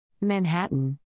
Manhattan